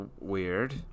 weird